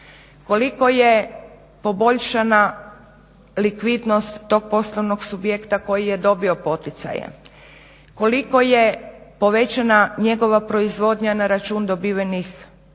koliko je poboljšana likvidnost tog poslovnog subjekta koji je dobio poticaje, koliko je povećana njegova proizvodnja na račun dobivenih poticaja